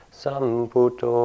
samputo